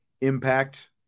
impact